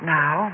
now